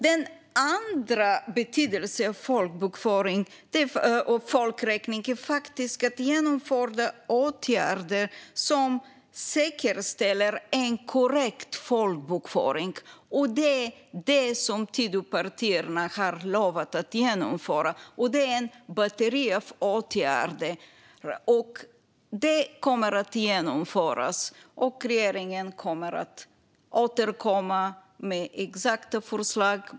Den andra betydelsen av folkräkning är att genomföra åtgärder som säkerställer en korrekt folkbokföring, och det är detta Tidöpartierna har lovat att genomföra. Regeringen kommer att återkomma med förslag på ett batteri av åtgärder.